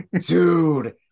Dude